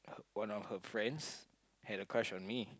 one of her friends had a crush on me